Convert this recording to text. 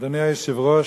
אדוני היושב-ראש,